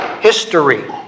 history